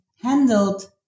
handled